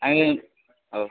आङो औ